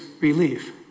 relief